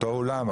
אותו אולם,